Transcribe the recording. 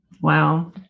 Wow